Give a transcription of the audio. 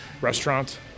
restaurant